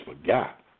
forgot